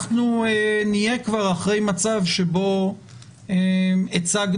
אנחנו נהיה כבר אחרי מצב שבו הצגנו